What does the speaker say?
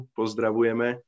pozdravujeme